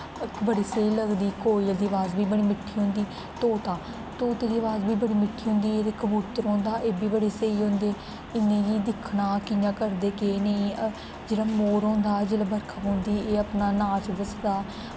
बड़ी स्हेई लगदी कोयली दी अवाज बी बड़ी मिट्ठी होंदी तोता तोते दी अवाज़ बी बड़ी मिट्ठी होंदी एहदे कबूतर होंदा एह् बी बड़ा स्हेई होंदे इ'नेंगी दिक्खना कि'यां करदे केह् नेईं जेह्ड़ा मोर होंदा जेल्लै बरखा पौंदी एह् अपना नाच दसदा